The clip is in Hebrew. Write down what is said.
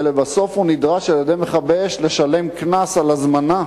ולבסוף הוא נדרש על-ידי מכבי-אש לשלם קנס על הזמנה